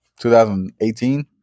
2018